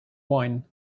wine